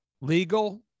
legal